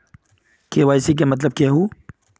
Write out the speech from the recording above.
KYC के मतलब केहू?